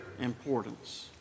importance